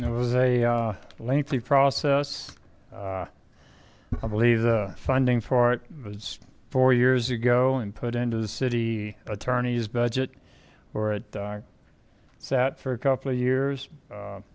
there was a lengthy process i believe the funding for it was four years ago and put into the city attorney's budget or at sat for a couple of years